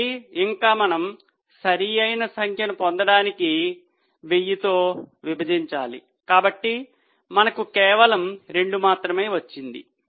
కాబట్టి ఇంకా మనం సరైన సంఖ్యను పొందడానికి 1000 తో విభజించాలి కాబట్టి మనకు కేవలం రెండు మాత్రమే వచ్చింది